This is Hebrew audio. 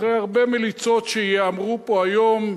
אחרי הרבה מליצות שייאמרו פה היום,